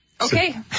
Okay